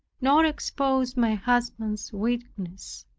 nor expose my husband's weakness